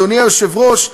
אדוני היושב-ראש,